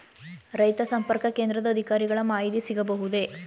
ರೈತ ಸಂಪರ್ಕ ಕೇಂದ್ರದ ಅಧಿಕಾರಿಗಳ ಮಾಹಿತಿ ಸಿಗಬಹುದೇ?